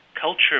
Culture